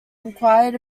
inquired